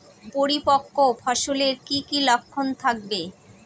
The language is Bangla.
পরিপক্ক ফসলের কি কি লক্ষণ থাকবে?